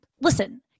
Listen